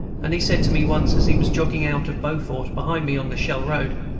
and he said to me once, as he was jogging out of beaufort behind me, on the shell road,